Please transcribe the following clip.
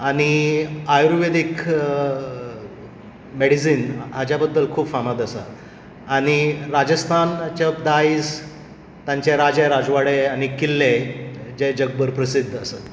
आनी ayurvedic medicine हाज्या बद्दल खूब फामाद आसा आनी राजास्थानाचे दायज तांचे राजा राजवाडे आनी किल्ले जे जगभर प्रसिद्द आसा